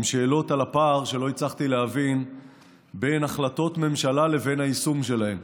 עם שאלות על הפער שלא הצלחתי להבין בין החלטות ממשלה לבין היישום שלהן,